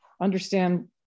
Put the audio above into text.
understand